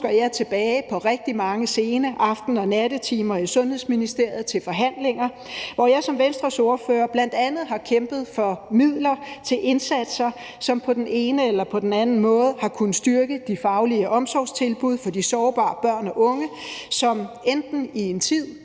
husker jeg tilbage på rigtig mange sene aften- og nattetimer i Sundhedsministeriet til forhandlinger, hvor jeg som Venstres ordfører bl.a. har kæmpet for midler til indsatser, som på den ene eller på den anden måde har kunnet styrke de faglige omsorgstilbud for de sårbare børn og unge, som enten i en tid